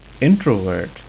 introvert